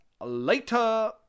later